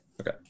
Okay